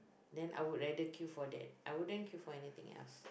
then I would rather queue for that I wouldn't queue for anything else